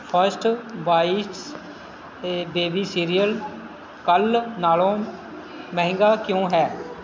first Bites ਏ baby cereal ਕੱਲ੍ਹ ਨਾਲੋਂ ਮਹਿੰਗਾ ਕਿਉਂ ਹੈ